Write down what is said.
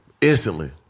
Instantly